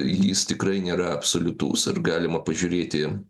jis tikrai nėra absoliutus ir galima pažiūrėti